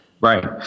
Right